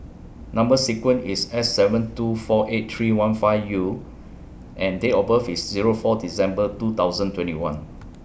Number sequence IS S seven two four eight three one five U and Date of birth IS Zero four December two thousand twenty one